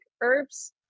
herbs